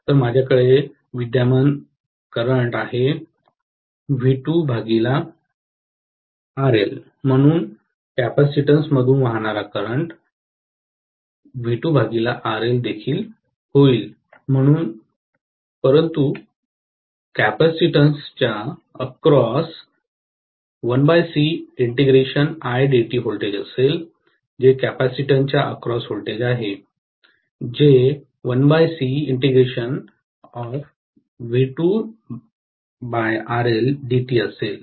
तर माझ्याकडे विद्यमान करंट आहे म्हणून कॅपेसिटरमधून वाहणारा करंट देखील होईल परंतु कॅपेसिटन्सच्या अक्रॉस व्होल्टेज असेल जे कॅपेसिटन्सच्या अक्रॉस व्होल्टेज आहे जे असेल